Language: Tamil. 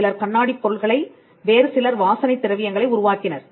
சிலர் கண்ணாடிப் பொருள்களை வேறு சிலர் வாசனை திரவியங்களை உருவாக்கினர்